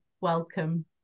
Welcome